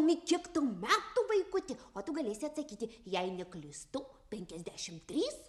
tomi kiek tau metų vaikuti o tu galėsi atsakyti jei neklystu penkiasdešimt trys